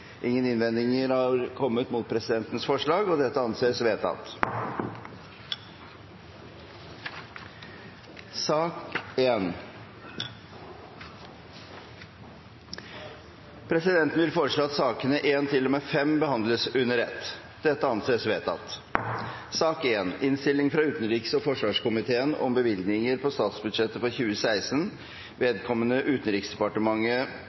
Ingen innvendinger er kommet mot presidentens forslag, og det anses vedtatt. Presidenten vil foreslå at sakene nr. 1–5 behandles under ett. – Det anses vedtatt. Etter ønske fra utenriks- og forsvarskomiteen